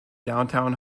downtown